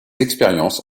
expériences